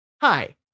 Hi